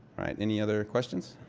right, any other questions?